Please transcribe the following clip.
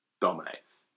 dominates